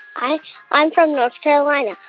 i'm i'm from north carolina.